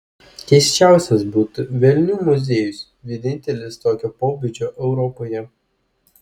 keisčiausias būtų velnių muziejus vienintelis tokio pobūdžio europoje